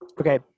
Okay